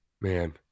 Man